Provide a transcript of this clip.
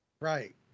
Right